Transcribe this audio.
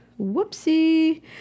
whoopsie